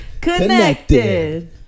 Connected